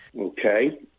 Okay